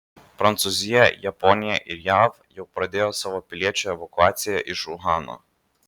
prancūzija japonija ir jav jau pradėjo savo piliečių evakuaciją iš uhano